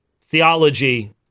theology